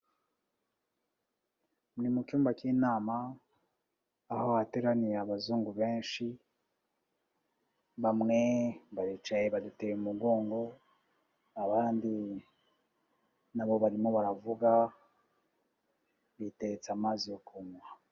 Ni mu cyumba k'inama aho hateraniye abazungu benshi, bamwe baricaye baduteye umugongo, abandi nabo barimo baravuga biteretse amazi yo kunywa.